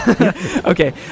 Okay